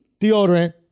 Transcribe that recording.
Deodorant